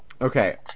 Okay